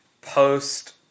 post